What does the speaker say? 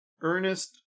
Ernest